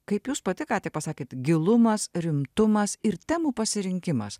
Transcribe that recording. kaip jūs pati ką tik pasakėte gilumas rimtumas ir temų pasirinkimas